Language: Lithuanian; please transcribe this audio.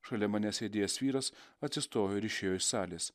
šalia manęs sėdėjęs vyras atsistojo ir išėjo iš salės